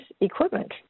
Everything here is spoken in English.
equipment